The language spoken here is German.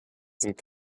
sind